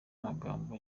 amagambo